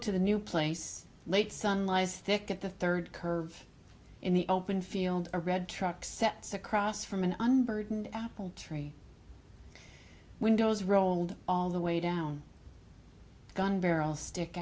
to the new place late son lies at the third curve in the open field a red truck sets across from an under apple tree windows rolled all the way down gunbarrel stick